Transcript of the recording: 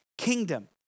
kingdom